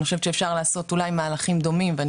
אני חושבת שאפשר אולי לעשות מהלכים דומים ואני